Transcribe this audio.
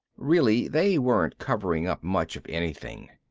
really they weren't covering up much of anything.